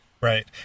Right